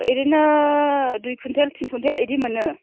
ओरैनो दुइ कुइन्टेल टिन कुइन्टेल बिदि मोनो